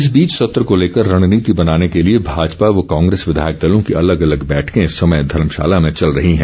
इस बीच सत्र को लेकर रणनीति बनाने के लिए भाजपा व कांग्रेस विधायक दलों की अलग अलग बैठकें इस समय धर्मशाला में चल रही हैं